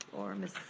or ms.